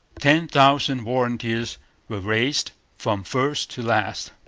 ten thousand volunteers were raised, from first to last.